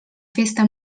festa